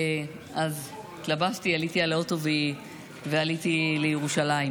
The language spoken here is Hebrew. אז התלבשתי, עליתי על האוטו ועליתי לירושלים.